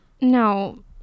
no